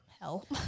hell